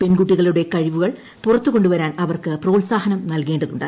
പെൺകുട്ടികളുടെ കഴിവൂകൾ പുറത്തു കൊണ്ടുവരാൻ അവർക്ക് പ്രോത്സാഹനം നൽകേണ്ടതുണ്ട്